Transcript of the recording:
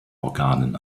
organen